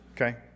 okay